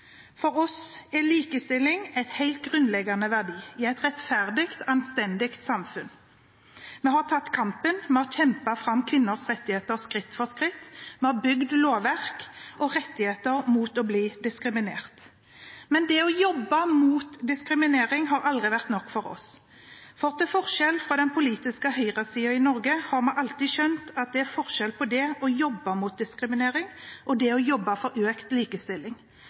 For oss er likestilling en helt grunnleggende verdi, i et rettferdig, anstendig samfunn. Vi har tatt kampen, vi har kjempet fram kvinners rettigheter, skritt for skritt, vi har bygd lovverk og rettigheter mot å bli diskriminert. Men det å jobbe mot diskriminering har aldri vært nok for oss, for til forskjell fra den politiske høyresiden i Norge har vi alltid skjønt at det er forskjell på det å jobbe mot diskriminering og det å jobbe for økt likestilling.